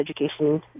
education